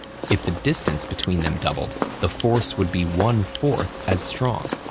if the distance between them doubled, the force would be one-fourth as strong.